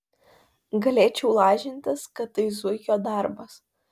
galėčiau lažintis kad tai zuikio darbas